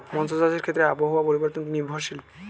মৎস্য চাষের ক্ষেত্রে আবহাওয়া পরিবর্তন কত নির্ভরশীল?